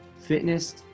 fitness